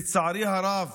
לצערי הרב,